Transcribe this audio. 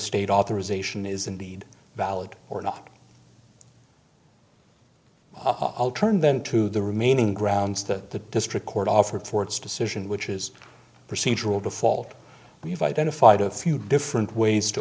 state authorization is indeed valid or not i'll turn then to the remaining grounds the district court offered for its decision which is procedural default we've identified a few different ways to